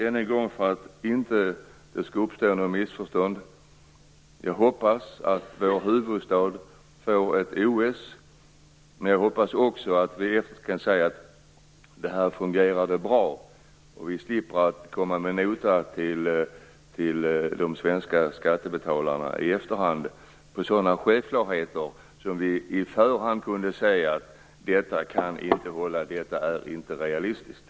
Låt mig, för att det inte skall uppstå något missförstånd, än en gång säga att jag hoppas att vår huvudstad får ett OS. Men jag hoppas också att vi efteråt kan säga: Det här fungerade bra. Jag hoppas att vi i efterhand slipper att komma till de svenska skattebetalarna med en nota på sådant som vi i förhand kunde ha sett att det inte skulle hålla, att det inte var realistiskt.